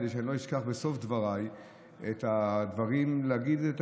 כדי שאני לא אשכח בסוף דבריי להגיד את